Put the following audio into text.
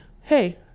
hey